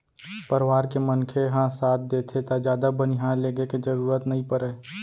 परवार के मनखे ह साथ देथे त जादा बनिहार लेगे के जरूरते नइ परय